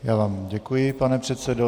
Já vám děkuji, pane předsedo.